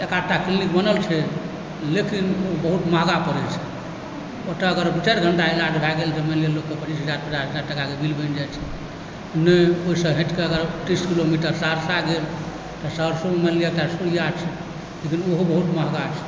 एक आध टा क्लिनिक बनल छै लेकिन ओ बहुत महगा पड़ैत छै ओतय अगर चारि घण्टा इलाज भए गेल तऽ मानि लिअ लोकके पचीस पचास हजार टाकाक बिल बनि जाइत छै नहि ओइसँ हटिकऽ अगर तीस किलोमीटर सहरसा गेल तऽ सहरसोमे मानि लिअ इएह छै लेकिन ओहो बहुत महगा छै